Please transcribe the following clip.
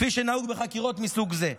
כפי שנהוג בחקירות מסוג זה?